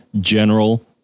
general